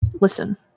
Listen